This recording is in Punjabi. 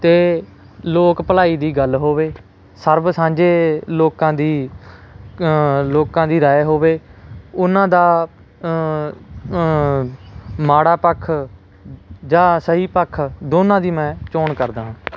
ਅਤੇ ਲੋਕ ਭਲਾਈ ਦੀ ਗੱਲ ਹੋਵੇ ਸਰਬ ਸਾਂਝੇ ਲੋਕਾਂ ਦੀ ਲੋਕਾਂ ਦੀ ਰਾਏ ਹੋਵੇ ਉਹਨਾਂ ਦਾ ਮਾੜਾ ਪੱਖ ਜਾਂ ਸਹੀ ਪੱਖ ਦੋਨਾਂ ਦੀ ਮੈਂ ਚੋਣ ਕਰਦਾ ਹਾਂ